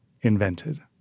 invented